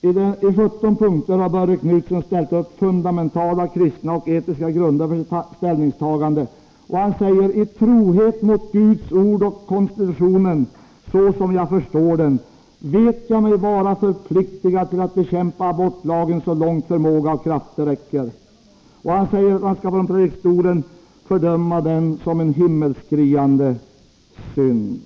I 17 punkter har Borre Knudsen ställt upp fundamentala kristna och etiska grunder för sitt ställningstagande, och han säger: I trohet mot Guds ord och konstitutionen, så som jag förstår den, vet jag mig vara förpliktigad till att bekämpa abortlagen så långt förmåga och krafter räcker. Han säger att han skall från predikstolen fördöma abortlagen som en himmelsskriande synd.